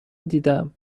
دیدم